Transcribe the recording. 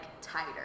tighter